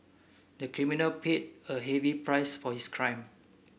the criminal paid a heavy price for his crime